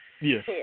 Yes